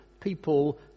people